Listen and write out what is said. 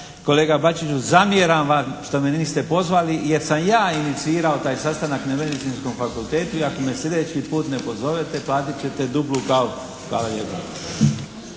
kolega Bačiću, zamjeram vam što me niste pozvali jer sam ja inicirao taj sastanak na Medicinskom fakultetu. I ako me sljedeći put ne pozovite platit ćete duplu kavu.